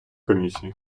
комісії